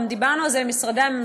וגם דיברנו על זה עם משרדי הממשלה,